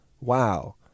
Wow